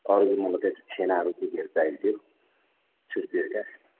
अरूहरूमा चाहिँ छेनाहरू के केहरू चाहिएको थियो छुर्पीहरू क्या